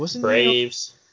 Braves